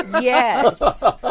yes